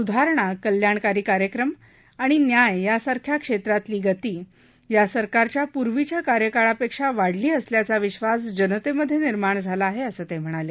स्धारणा कल्याणकारी कार्यक्रम आणि न्याय यांसारख्या क्षेत्रातली गती या सरकारच्या पूर्वीच्या कार्यकाळापेक्षा वाढली असल्याचा विश्वास जनतेमध्ये निर्माण झाला आहे असं ते म्हणाले